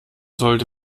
sollte